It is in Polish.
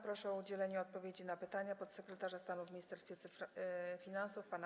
Proszę o udzielenie odpowiedzi na pytania podsekretarza stanu w Ministerstwie Finansów pana